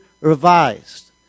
revised